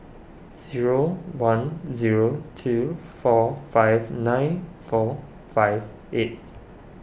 zero one zero two four five nine four five eight